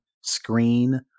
screen